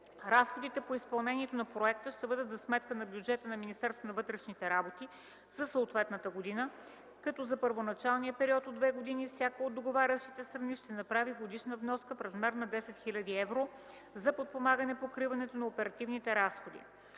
Разходите по изпълнението на проекта ще бъдат за сметка на бюджета на Министерството на вътрешните работи за съответната година, като за първоначалния период от две години всяка от договарящите се страни ще направи годишна вноска в размер на 10 хил. евро за подпомагане покриването на оперативните разходи.